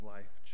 Life